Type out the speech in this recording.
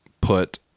put